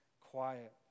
quiet